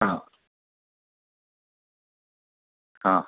हां हां